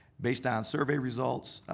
based on survey results,